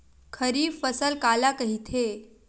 खरीफ फसल काला कहिथे?